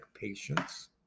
patients